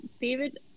david